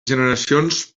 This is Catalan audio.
generacions